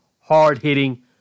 hard-hitting